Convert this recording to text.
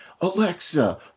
alexa